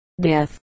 death